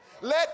Let